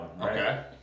Okay